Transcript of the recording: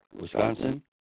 Wisconsin